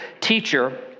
teacher